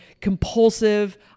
compulsive